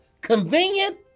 convenient